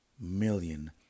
million